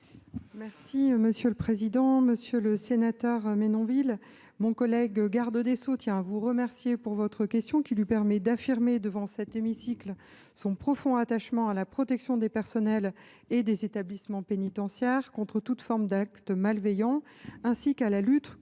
Mme la ministre déléguée. Monsieur le sénateur Menonville, mon collègue garde des sceaux tient à vous remercier de votre question, qui lui permet d’affirmer devant cet hémicycle son profond attachement à la protection des personnels et des établissements pénitentiaires contre toute forme d’acte malveillant, ainsi qu’à la lutte contre la poursuite de toute activité criminelle